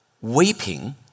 weeping